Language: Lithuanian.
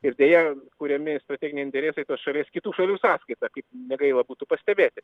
ir deja kuriami strateginiai interesai šalies kitų šalių sąskaita kaip negaila būtų pastebėti